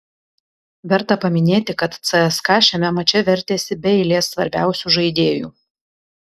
verta paminėti kad cska šiame mače vertėsi be eilės svarbiausių žaidėjų